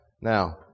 Now